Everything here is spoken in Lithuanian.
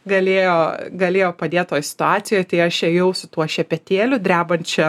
galėjo galėjo padėt toj situacijoj tai aš ėjau su tuo šepetėliu drebančia